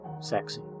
sexy